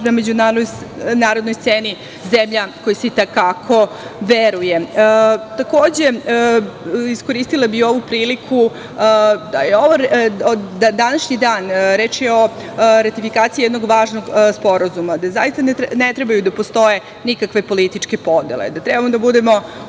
na međunarodnoj sceni, zemlja kojoj se i te kako veruje. Takođe bih iskoristila ovu priliku da današnji dan, reč je o ratifikaciji jednog važnog sporazuma, da zaista ne trebaju da postoje nikakve političke podele, da treba da budemo